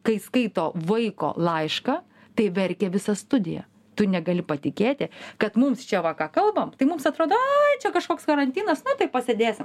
kai skaito vaiko laišką tai verkė visą studija tu negali patikėti kad mums čia va ką kalbam tai mums atrodo ai čia kažkoks karantinas na tai pasėdėsim